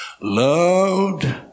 loved